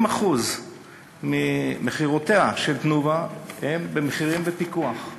40% ממכירותיה של "תנובה" הם במחירים בפיקוח,